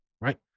right